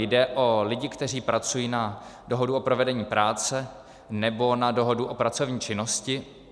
Jde o lidi, kteří pracují na dohodu o provedení práce nebo na dohodu o pracovní činnosti.